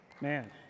man